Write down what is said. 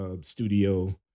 Studio